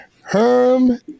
Herm